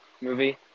movie